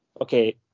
okay